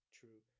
true